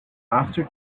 after